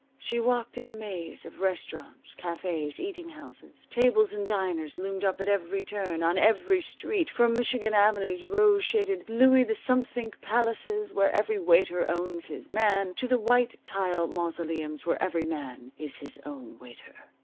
she walked in a maze of restaurants, cafes, eating-houses. tables and diners loomed up at every turn, on every street, from michigan avenue's rose-shaded louis the somethingth palaces, where every waiter owns his man, to the white tile mausoleums where every man is his own waiter.